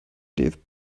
dfb